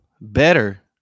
Better